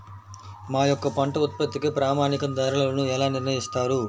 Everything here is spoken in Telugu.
మా యొక్క పంట ఉత్పత్తికి ప్రామాణిక ధరలను ఎలా నిర్ణయిస్తారు?